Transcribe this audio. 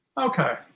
Okay